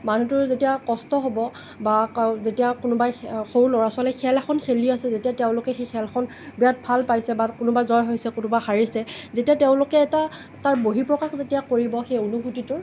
মানুহটোৰ যেতিয়া কষ্ট হ'ব বা যেতিয়া কোনোবাই সৰু ল'ৰা ছোৱালীয়ে খেল এখন খেলি আছে যেতিয়া তেওঁলোকে খেলখন বিৰাট ভাল পাইছে বা কোনোবা জয় হৈছে বা কোনোবা হাৰিছে যেতিয়া তেওঁলোকে এটা তাৰ বৰ্হিপ্ৰকাশ যেতিয়া কৰিব সেই অনুভুতিটোৰ